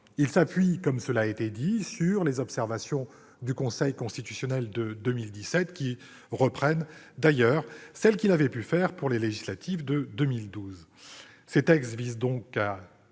Ils s'appuient, comme cela a été dit, sur les observations du Conseil constitutionnel de 2017, qui reprennent d'ailleurs celles qui avaient été émises à l'occasion des élections législatives de 2012.